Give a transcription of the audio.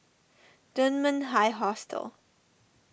Dunman High Hostel